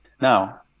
Now